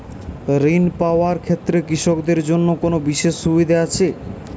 ঋণ পাওয়ার ক্ষেত্রে কৃষকদের জন্য কোনো বিশেষ সুবিধা আছে?